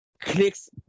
clicks